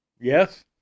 Yes